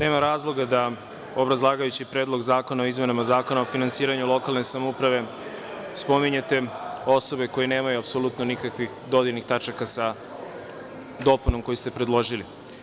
Nema razloga da obrazlagajući Predlog zakona o izmenama zakona o finansiranju lokalne samouprave spominjete osobe koje nemaju apsolutno nikakvih dodirnih tačaka sa dopunom koju ste predložili.